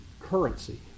currency